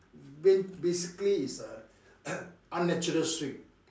ba~ basically is a unnatural swing